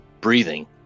breathing